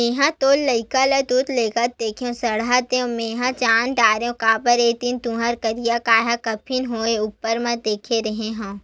मेंहा तोर लइका ल दूद लेगत देखेव सहाड़ा देव मेंहा जान डरेव काबर एक दिन तुँहर करिया गाय ल गाभिन होय ऊपर म देखे रेहे हँव